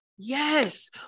Yes